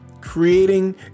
creating